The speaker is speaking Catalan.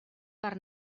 per